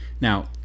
now